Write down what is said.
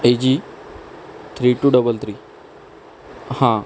ए G three two double three हां